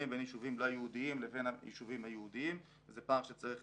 בין ישובים לא יהודיים לבין היישובים היהודיים וזה פער שצריך